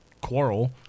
quarrel